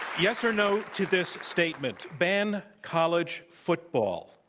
yes or no to this statement, ban college football,